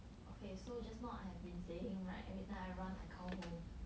okay so just now I have been saying right every time I run I come home